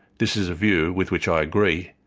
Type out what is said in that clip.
this is a view with which i agree,